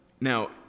Now